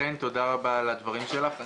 חן תודה רבה על הדברים שלך.